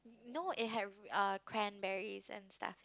no it had r~ uh cranberries and stuff